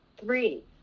Three